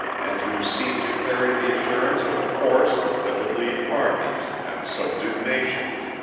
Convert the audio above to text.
and who seemed to carry the assurance of a force that would lead armies and subdue nations!